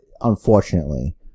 unfortunately